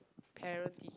parent tea~